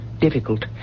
difficult